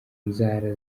nzara